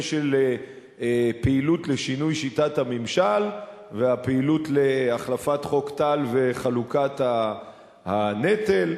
של פעילות לשינוי שיטת הממשל והפעילות להחלפת חוק טל וחלוקת הנטל.